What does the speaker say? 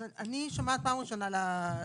אז אני שומעת פעם ראשונה על העמדה